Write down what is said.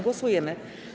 Głosujemy.